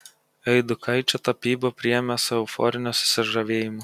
eidukaičio tapybą priėmė su euforiniu susižavėjimu